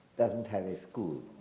doesn't have a school